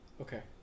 Okay